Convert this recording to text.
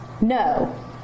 No